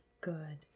good